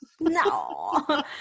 No